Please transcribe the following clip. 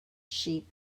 sheep